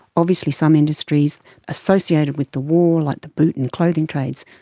obviously some industries associated with the war, like the boot and clothing trades,